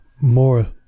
more